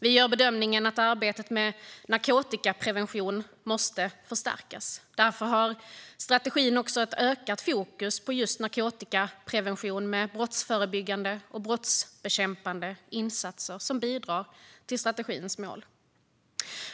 Vi gör bedömningen att arbetet med narkotikaprevention måste förstärkas, och därför har strategin också ett ökat fokus på just narkotikaprevention med brottsförebyggande och brottsbekämpande insatser som bidrar till strategins mål.